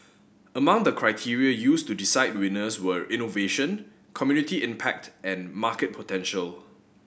among the criteria used to decide winners were innovation community impact and market potential